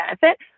benefit